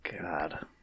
God